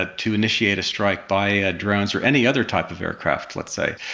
ah to initiate a strike by ah drones or any other type of aircraft let's say.